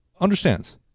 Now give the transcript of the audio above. Understands